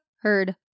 heard